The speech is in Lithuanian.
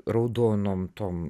raudonom tom